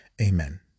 Amen